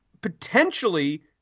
Potentially